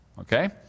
Okay